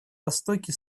востоке